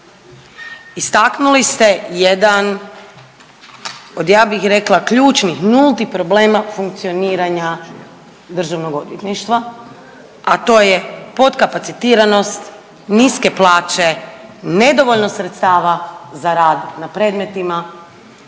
istaknuli ste jedan od ja bih rekla ključnih, nultih problema funkcioniranja Državnog odvjetništva, a to je potkapacitiranost, niske plaće, nedovoljno sredstva za rad na predmetima